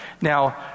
Now